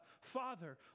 Father